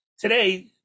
Today